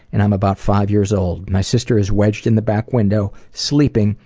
and i'm about five years old. my sister is wedged in the back window, sleeping,